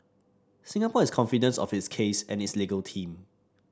Singapore is confident of its case and its legal team